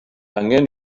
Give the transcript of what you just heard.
angen